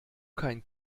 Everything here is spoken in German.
kein